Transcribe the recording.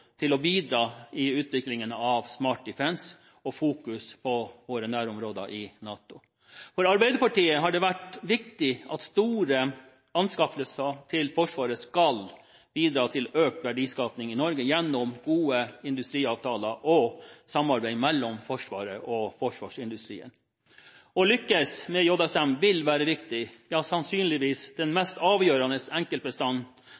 til å bidra i utviklingen av «Smart Defence» og ha fokus på våre nærområder i NATO. For Arbeiderpartiet har det vært viktig at store anskaffelser til Forsvaret skal bidra til økt verdiskaping i Norge gjennom gode industriavtaler og samarbeid mellom Forsvaret og forsvarsindustrien. Å lykkes med JSM vil være viktig, ja sannsynligvis den